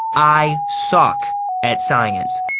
i suck at science!